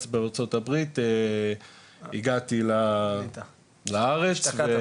הגעתי לארץ --- השתקעת פה.